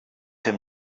him